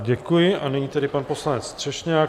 Děkuji a nyní tedy pan poslanec Třešňák.